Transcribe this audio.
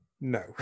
No